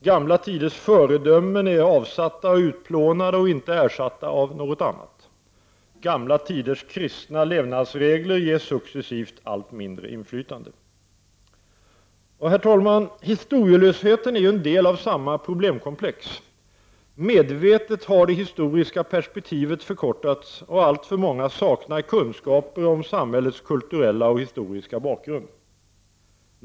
Gamla tiders föredömen är avsatta och utplånade och inte ersatta av något annat, och gamla tiders kristna levnadsregler ges successivt allt mindre inflytande. Herr talman! Historielösheten är en del av samma problemkomplex. Medvetet har det historiska perspektivet förkortats, och alltför många saknar kunskaper om samhällets kulturella och historiska bakgrund.